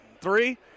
three